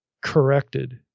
corrected